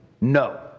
no